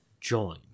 join